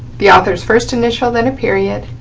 the author's first initial, then a period,